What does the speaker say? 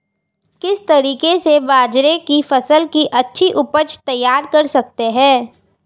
किस तरीके से बाजरे की फसल की अच्छी उपज तैयार कर सकते हैं?